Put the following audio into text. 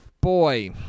Boy